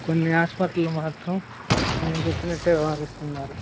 కొన్ని హాస్పిటల్లు మాత్రం మేము చెప్పినట్టే వారిస్తున్నారు